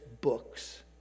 books